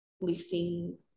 lifting